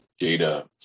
data